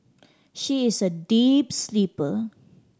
she is a deep sleeper